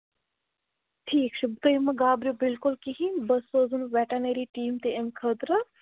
ٹھیٖک چھُ تُہۍ مہٕ گابرِو بِلکُل کِہیٖنۍ بہٕ سوزَن وٮ۪ٹَنٔری ٹیٖم تہِ اَمۍ خٲطرٕ